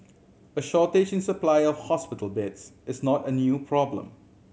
a shortage in supply of hospital beds is not a new problem